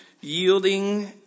yielding